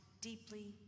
deeply